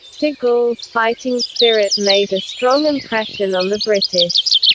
de gaulle's fighting spirit made a strong impression on the british.